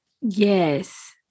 Yes